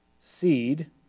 seed